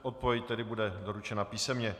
Odpověď tedy bude doručena písemně.